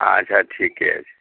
अच्छा ठीके छै